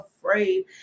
afraid